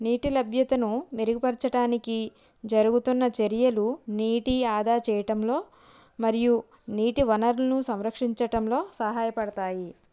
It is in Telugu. నీటి లభ్యతను మెరుగు పరచటానికి జరుగుతున్న చర్యలు నీటి ఆదా చేయటంలో మరియు నీటి వనరులను సంరక్షించటంలో సహాయపడతాయి